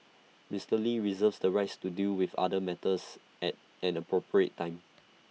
Mister lee reserves the right to deal with other matters at an appropriate time